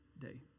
day